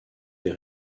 des